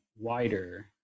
wider